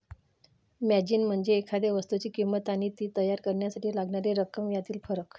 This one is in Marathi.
मार्जिन म्हणजे एखाद्या वस्तूची किंमत आणि ती तयार करण्यासाठी लागणारी रक्कम यातील फरक